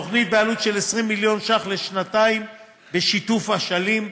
תוכנית בעלות של 20 מיליון ש"ח לשנתיים בשיתוף אשלים.